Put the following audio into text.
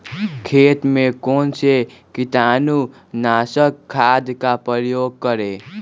खेत में कौन से कीटाणु नाशक खाद का प्रयोग करें?